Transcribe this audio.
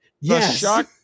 yes